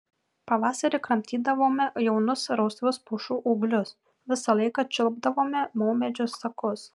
pavasarį kramtydavome jaunus rausvus pušų ūglius visą laiką čiulpdavome maumedžių sakus